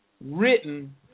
written